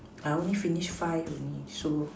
I only finish five only so